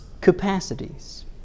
capacities